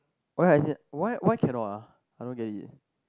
oh ya as in why why cannot ah I don't get it